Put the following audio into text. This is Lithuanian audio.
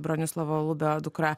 bronislovo lubio dukra